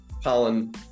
pollen